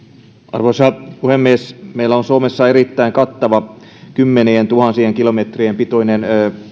arvoisa puhemies meillä on suomessa erittäin kattava kymmenientuhansien kilometrien pituinen